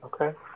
Okay